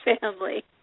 family